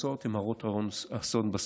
התוצאות הן הרות אסון בסוף.